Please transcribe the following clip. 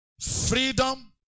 freedom